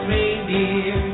reindeer